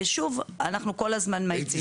אנחנו כל הזמן מאיצים.